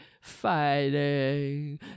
fighting